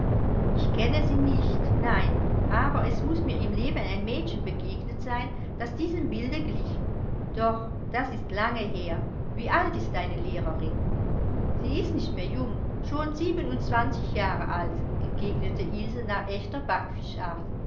ich kenne sie nicht nein aber es muß mir im leben ein mädchen begegnet sein das diesem bilde glich doch das ist lange her wie alt ist deine lehrerin sie ist nicht mehr jung schon siebenundzwanzig jahre alt entgegnete ilse nach echter